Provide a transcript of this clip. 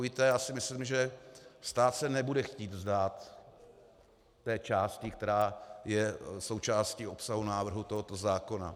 Víte, myslím si, že stát se nebude chtít vzdát té části, která je součástí obsahu návrhu tohoto zákona.